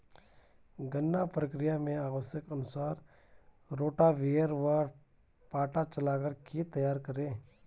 गन्ना प्रक्रिया मैं आवश्यकता अनुसार रोटावेटर व पाटा चलाकर खेत तैयार करें